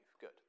Good